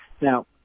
Now